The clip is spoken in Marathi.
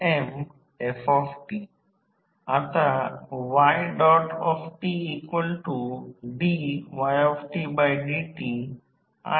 तर volt winding transformer V1 V2 I1 I2 I1 V2 जसे हे एक वाइंडिंग आहे